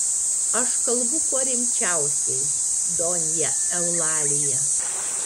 aš kalbu kuo rimčiausiai donja eulalija